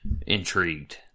intrigued